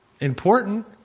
important